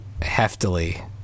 heftily